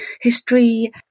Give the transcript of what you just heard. history